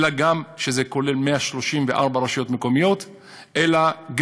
שזה 165 רשויות מקומיות,